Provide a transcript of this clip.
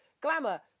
Glamour